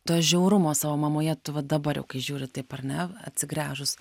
to žiaurumo savo mamoje tu va dabar jau kai žiūri taip ar ne atsigręžus